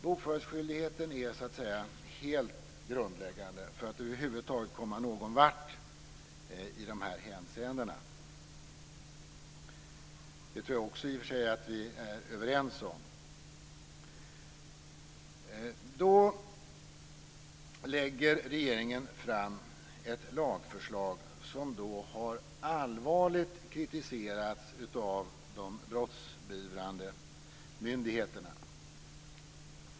Bokföringsskyldigheten är helt grundläggande för att man över huvud taget ska komma någonvart i de här hänseendena. Det tror jag också i och för sig att vi är överens om. Då lägger regeringen fram ett lagförslag som allvarligt kritiserats av de brottsbeivrande myndigheterna.